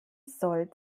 soll